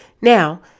Now